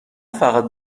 فقط